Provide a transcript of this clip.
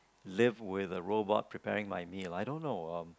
live with a robot preparing my meal I don't know um